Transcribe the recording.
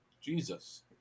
Jesus